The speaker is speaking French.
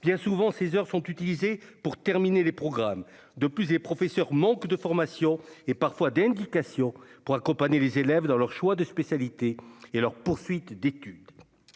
bien souvent, ces heures sont utilisés pour terminer les programmes de plus et professeurs, manque de formation et parfois d'pour accompagner les élèves dans leur choix de spécialité et leur poursuite d'études,